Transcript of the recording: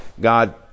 God